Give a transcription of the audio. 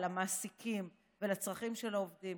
למעסיקים ולצרכים של העובדים,